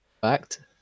fact